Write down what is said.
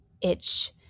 itch